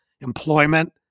employment